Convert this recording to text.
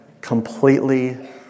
completely